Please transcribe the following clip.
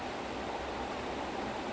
!aiyo! I think it was both eh